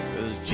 Cause